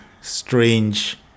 strange